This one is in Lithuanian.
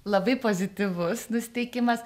labai pozityvus nusiteikimas